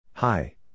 Hi